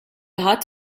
ħadd